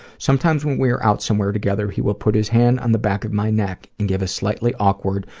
sometimes when we're out somewhere together, he will put his hand on the back of my neck and give a slightly awkward,